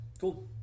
cool